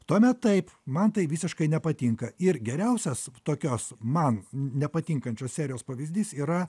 tuomet taip man tai visiškai nepatinka ir geriausias tokios man nepatinkančios serijos pavyzdys yra